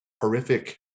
horrific